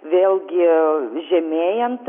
vėl gi žemėjant